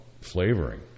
flavoring